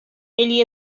ele